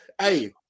Hey